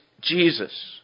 Jesus